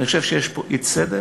אני חושב שיש פה אי-צדק